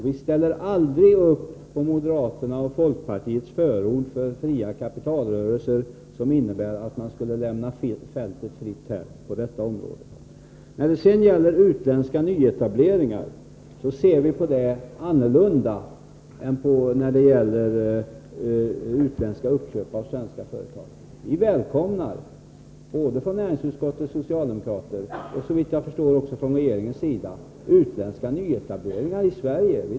Vi ställer aldrig upp på moderaternas och folkpartiets förord för fria kapitalrörelser, som innebär att man skulle lämna fältet fritt på detta område. När det sedan gäller utländska nyetableringar så ser vi annorlunda på sådana än på utländska uppköp av svenska företag. Både näringsutskottets socialdemokrater och, såvitt jag förstår, regeringen välkomnar utländska nyetableringar i Sverige.